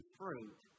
fruit